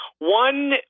One